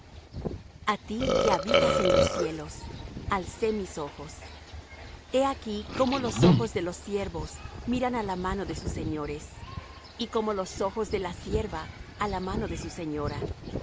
a ti que habitas en los cielos alcé mis ojos he aquí como los ojos de los siervos miran á la mano de sus señores y como los ojos de la sierva á la mano de su señora